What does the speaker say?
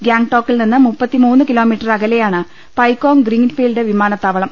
ഗ്യാങ്ടോകിൽ നിന്ന് ദ്ദ കിലോമീറ്റർ അകലെയാണ് പൈകോങ് ഗ്രീൻഫീൽഡ് വിമാനത്താവളം